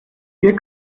hier